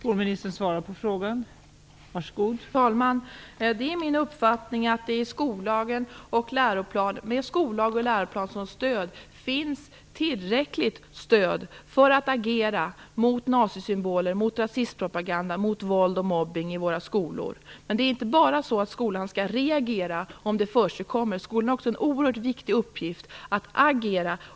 Fru talman! Det är min uppfattning att det i skollagen och i läroplanen finns tillräckligt stöd för att agera mot nazisymboler, mot nazistpropaganda, och mot våld och mobbning i våra skolor. Men det är inte bara så att skolan skall reagera om det förekommer - skolan har också en oerhört viktig uppgift att agera.